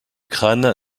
crâne